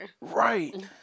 Right